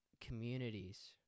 communities